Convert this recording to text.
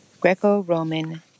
Greco-Roman